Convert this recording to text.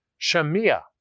Shemiah